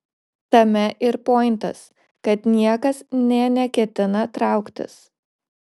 tame ir pointas kad niekas nė neketina trauktis